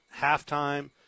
halftime